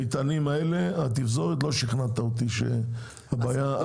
בנושא המטענים האלה של התפזורת לא שכנעת אותי שהבעיה פתורה.